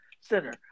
center